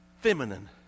feminine